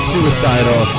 Suicidal